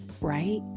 right